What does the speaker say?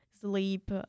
sleep